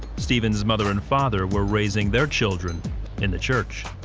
stephen's mother and father were raising their children in the church.